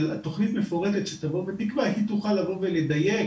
אבל תכנית מפורטת שתבוא בתקווה היא תוכל לבוא ולדייק